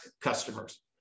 customers